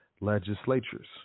legislatures